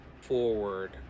forward